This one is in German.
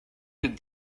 den